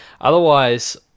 Otherwise